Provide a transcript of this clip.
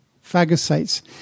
phagocytes